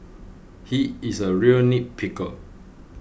he is a real